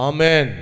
Amen